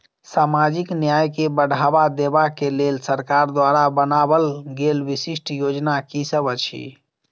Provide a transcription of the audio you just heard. सामाजिक न्याय केँ बढ़ाबा देबा केँ लेल सरकार द्वारा बनावल गेल विशिष्ट योजना की सब अछि?